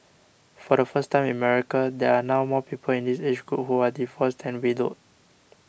for the first time in America there are now more people in this age group who are divorced than widowed